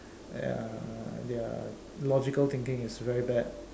they're they're logical thinking is very bad